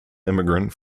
immigrant